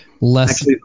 less